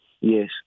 Yes